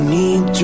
need